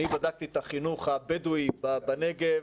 אני בדקתי את החינוך הבדואי בנגב,